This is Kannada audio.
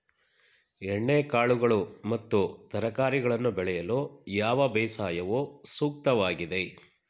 ಎಣ್ಣೆಕಾಳುಗಳು ಮತ್ತು ತರಕಾರಿಗಳನ್ನು ಬೆಳೆಯಲು ಯಾವ ಬೇಸಾಯವು ಸೂಕ್ತವಾಗಿದೆ?